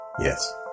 Yes